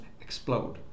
explode